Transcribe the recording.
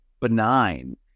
benign